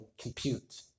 compute